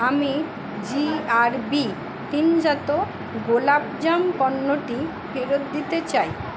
আমি জিআরবি টিনজাত গোলাপজাম পণ্যটি ফেরত দিতে চাই